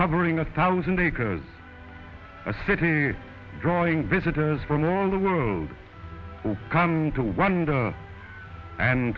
covering a thousand acres a city drawing visitors from all the world com to wonder and